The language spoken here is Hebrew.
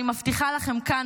אני מבטיחה לכם כאן,